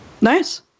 Nice